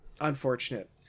Unfortunate